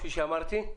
כפי שאמרתי,